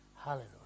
Hallelujah